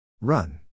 Run